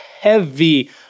heavy